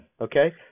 okay